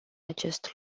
acest